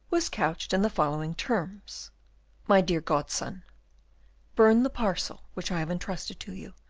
was couched in the following terms my dear godson burn the parcel which i have intrusted to you.